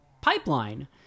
pipeline